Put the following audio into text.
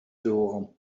door